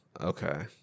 Okay